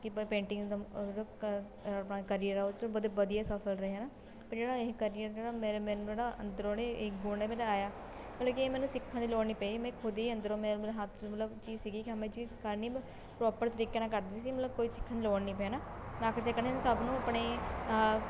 ਕਿ ਬ ਪੇਂਟਿੰਗ ਦਾ ਮ ਔਰ ਕ ਔਰ ਆਪਣਾ ਕਰੀਅਰ ਆ ਉਹ 'ਚ ਵਧ ਵਧੀਆ ਸਫ਼ਲ ਰਹੇ ਹੈ ਨਾ ਪਰ ਜਿਹੜਾ ਇਹ ਕਰੀਅਰ ਜਿਹੜਾ ਮੇਰਾ ਮੈਨੂੰ ਨਾ ਅੰਦਰੋਂ ਉਹਨੇ ਈਗੋ ਨੇ ਵਧਾਇਆ ਮਤਲਬ ਕਿ ਇਹ ਮੈਨੂੰ ਸਿੱਖਣ ਦੀ ਲੋੜ ਨਹੀਂ ਪਈ ਮੈਂ ਖੁਦ ਹੀ ਅੰਦਰੋਂ ਮੇਰਾ ਮਤਲਬ ਹੱਥ ਮਤਲਬ 'ਚ ਸੀਗੀ ਕਿ ਹਾਂ ਮੈਂ ਇਹ ਚੀਜ਼ ਕਰਨੀ ਮੈਂ ਪ੍ਰੋਪਰ ਤਰੀਕੇ ਨਾਲ ਕਰਦੀ ਸੀ ਮਤਲਬ ਕੋਈ ਸਿੱਖਣ ਲੋੜ ਨਹੀਂ ਪਈ ਹੈ ਨਾ ਮੈਂ ਆਖਰ 'ਚ ਇਹ ਕਹਿਣਾ ਚਾਹੁੰਦੀ ਸਭ ਨੂੰ ਆਪਣੇ